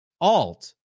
Alt